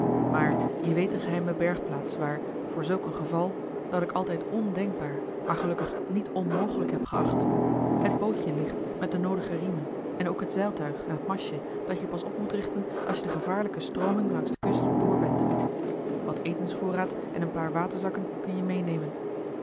maar je weet de geheime bergplaats waar voor zulk een geval dat ik altijd ondenkbaar maar gelukkig niet onmogelijk heb geacht het bootje ligt met de noodige riemen en ook het zeiltuig en het mastje dat je pas op moet richten als je de gevaarlijke strooming langs de kust door bent wat etensvoorraad en een paar waterzakken kun-je meenemen